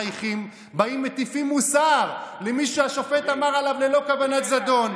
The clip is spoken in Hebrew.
מחייכים ומטיפים מוסר למי שהשופט אמר עליו ללא כוונת זדון.